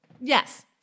Yes